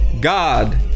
God